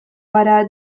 gara